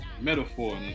metaphor